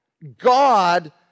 God